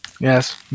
Yes